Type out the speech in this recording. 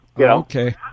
Okay